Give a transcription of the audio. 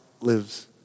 lives